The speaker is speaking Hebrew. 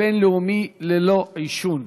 להצעות לסדר-היום בנושא ציון היום הבין-לאומי ללא עישון,